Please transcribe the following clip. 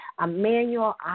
Emmanuel